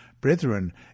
Brethren